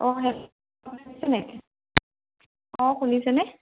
অঁ হেল্ল' অঁ শুনিছেনে